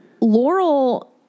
Laurel